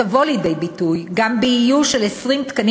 תבוא לידי ביטוי גם באיוש של 20 תקנים